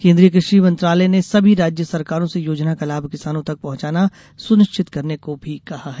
केन्द्रीय क्रषि मंत्रालय ने सभी राज्य सरकारों से योजना का लाभ किसानों तक पहुंचाना सुनिश्चित करने को भी कहा है